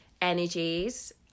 energies